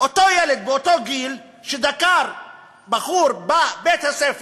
אותו ילד באותו גיל, שדקר בחור בבית-הספר,